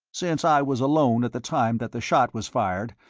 since i was alone at the time that the shot was fired,